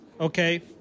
okay